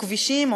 או כבישים,